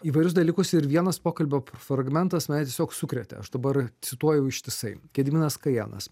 įvairius dalykus ir vienas pokalbio fragmentas mane tiesiog sukrėtė aš dabar cituoju ištisai gediminas kajėnas